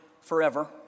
forever